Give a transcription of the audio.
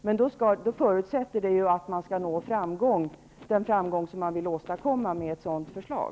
Men det förutsätter att man når den framgång man vill åstadkomma med ett sådant förslag.